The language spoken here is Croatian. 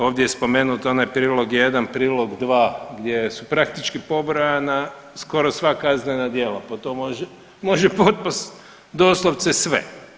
Ovdje je spomenut onaj prilog 1, prilog 2, gdje su praktički pobrojana skoro sva kaznena djela pod to može, može potpast doslovce sve.